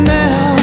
now